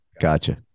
Gotcha